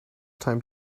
time